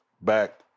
back